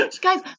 Guys